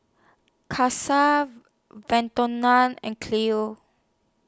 Kasie and Chloe